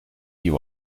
you